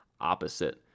opposite